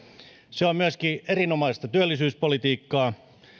se on myöskin erinomaista työllisyyspolitiikkaa